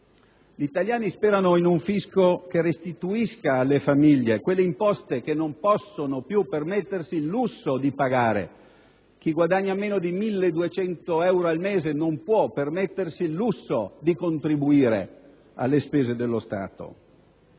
Gli italiani sperano in un fisco che restituisca alle famiglie quelle imposte che non possono più permettersi il lusso di pagare. Chi guadagna meno di 1.200 euro al mese non può permettersi il lusso di contribuire alle spese dello Stato: